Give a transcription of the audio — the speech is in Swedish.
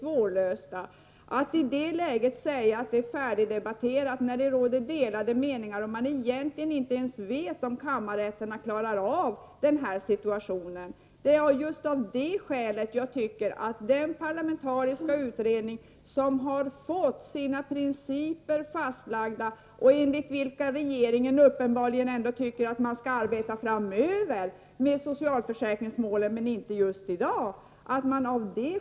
Hur kan man då i det läget säga att frågan är färdigdebatterad när det råder delade meningar och man egentligen inte ens vet om kammarrätten klarar av situationen? Just av det skälet tycker jag att den parlamentariska utredning som har fått sina principer fastlagda, enligt vilka regeringen ändå tycker att man framöver skall arbeta i socialförsäkringsmål, även om just inte i dag, skall få arbeta.